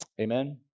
Amen